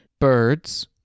birds